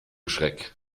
schreck